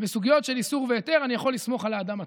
ובסוגיות של איסור והיתר אני יכול לסמוך על האדם עצמו.